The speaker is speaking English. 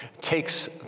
takes